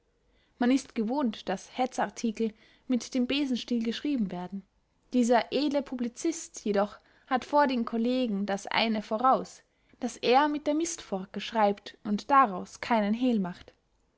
man ist gewohnt daß hetzartikel mit dem besenstiel geschrieben werden dieser edle publizist jedoch hat vor den kollegen das eine voraus daß er mit der mistforke schreibt und daraus keinen hehl macht